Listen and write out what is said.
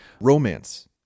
romance